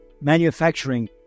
manufacturing